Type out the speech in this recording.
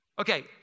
Okay